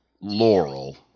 Laurel